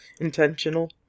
intentional